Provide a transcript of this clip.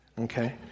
Okay